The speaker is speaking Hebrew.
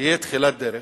שיהיה תחילת דרך,